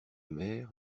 mer